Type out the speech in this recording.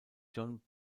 jon